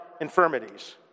infirmities